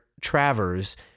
Travers